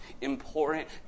important